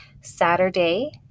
Saturday